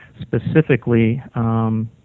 specifically